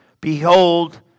Behold